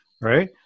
right